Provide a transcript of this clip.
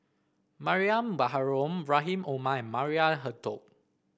Mariam Baharom Rahim Omar and Maria Hertogh